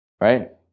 right